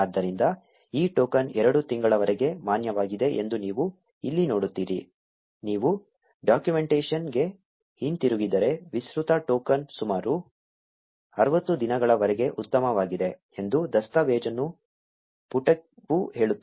ಆದ್ದರಿಂದ ಈ ಟೋಕನ್ ಎರಡು ತಿಂಗಳವರೆಗೆ ಮಾನ್ಯವಾಗಿದೆ ಎಂದು ನೀವು ಇಲ್ಲಿ ನೋಡುತ್ತೀರಿ ನೀವು ಡಾಕ್ಯುಮೆಂಟೇಶನ್ಗೆ ಹಿಂತಿರುಗಿದರೆ ವಿಸ್ತೃತ ಟೋಕನ್ ಸುಮಾರು 60 ದಿನಗಳವರೆಗೆ ಉತ್ತಮವಾಗಿದೆ ಎಂದು ದಸ್ತಾವೇಜನ್ನು ಪುಟವು ಹೇಳುತ್ತದೆ